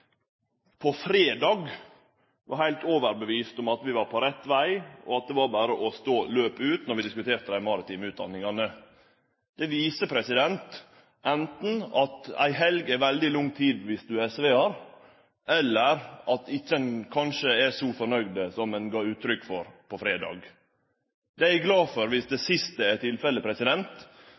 var heilt overtydd om at vi var på rett veg, og at det var berre å stå løpet ut, då vi på fredag diskuterte dei maritime utdanningane. Det viser anten at ei helg er veldig lang tid viss du er SV-ar, eller at ein kanskje ikkje er så fornøgd som ein gav uttrykk for på fredag. Viss det siste er tilfellet, er eg glad for det, men då burde ein ha vore tydelegare på det